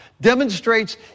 demonstrates